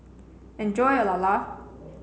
enjoy your Lala